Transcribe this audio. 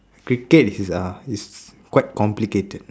cricket is uh is quite complicated